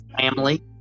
family